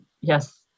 yes